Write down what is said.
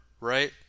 right